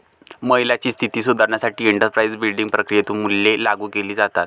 महिलांची स्थिती सुधारण्यासाठी एंटरप्राइझ बिल्डिंग प्रक्रियेतून मूल्ये लागू केली जातात